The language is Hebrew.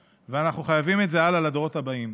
ואנחנו חייבים את זה הלאה לדורות הבאים.